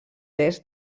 est